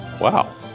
wow